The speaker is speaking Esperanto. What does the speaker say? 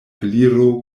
gliro